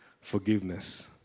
forgiveness